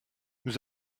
nous